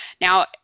Now